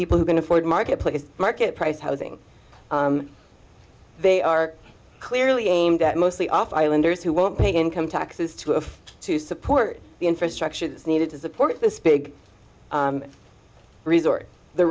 people who can afford marketplace market price housing they are clearly aimed at mostly off islanders who won't pay income taxes to have to support the infrastructure that's needed to support this big resort the